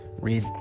read